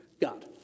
God